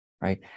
right